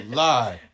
lie